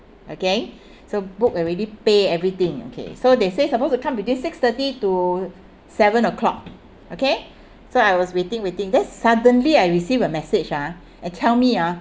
okay so book already pay everything okay so they say suppose to come between six thirty to seven o'clock okay so I was waiting waiting then suddenly I receive a message ah and tell me ah